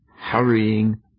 hurrying